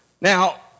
Now